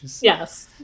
Yes